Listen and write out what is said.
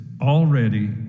already